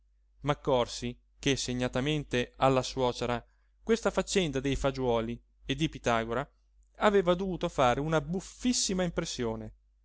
piacere m'accorsi che segnatamente alla suocera questa faccenda dei fagiuoli e di pitagora aveva dovuto fare una buffissima impressione